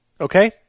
Okay